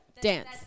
Dance